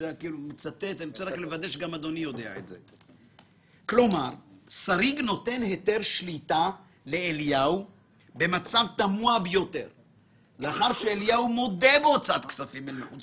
ולעודד הייתה תפיסה שצריך לרוץ יותר מהר עם תכניות ארוכות